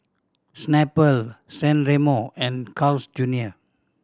Snapple San Remo and Carl's Junior